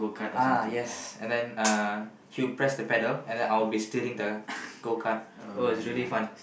ah yes and then uh he will press the pedal and then I'll be steering the Go Cart oh is really fun